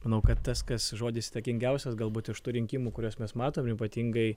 manau kad tas kas žodis įtakingiausias galbūt iš tų rinkimų kuriuos mes matom ir ypatingai